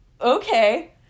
okay